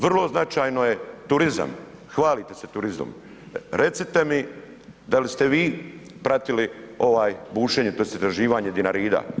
Vrlo značajno je turizam, hvalite se turizmom, recite mi da li ste vi pratili ovaj, bušenje, tj. istraživanje Dinarida.